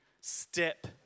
step